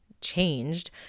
changed